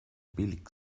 billig